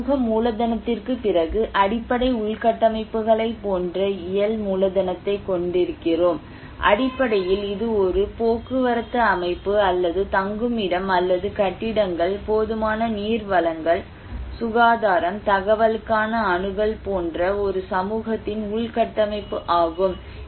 பின்னர் சமூக மூலதனத்திற்குப் பிறகு அடிப்படை உள்கட்டமைப்புகளைப் போன்ற இயல் மூலதனத்தைக் கொண்டிருக்கிறோம் அடிப்படையில் இது ஒரு போக்குவரத்து அமைப்பு அல்லது தங்குமிடம் அல்லது கட்டிடங்கள் போதுமான நீர் வழங்கல் சுகாதாரம் தகவலுக்கான அணுகல் போன்ற ஒரு சமூகத்தின் உள்கட்டமைப்பு ஆகும்